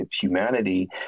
humanity